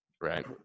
right